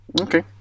Okay